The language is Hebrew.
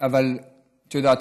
את יודעת,